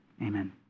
Amen